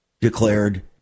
declared